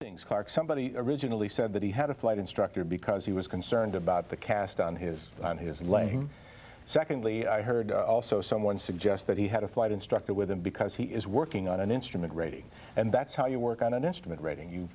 clark somebody originally said that he had a flight instructor because he was concerned about the cast on his on his laying secondly i heard also someone suggest that he had a flight instructor with him because he is working on an instrument rating and that's how you work on an instrument rating you